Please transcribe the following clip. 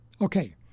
okay